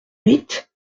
huit